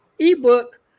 ebook